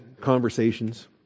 conversations